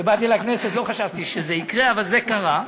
כשבאתי לכנסת, לא חשבתי שזה יקרה, אבל זה קרה.